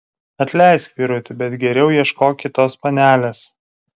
atleisk vyruti bet geriau ieškok kitos panelės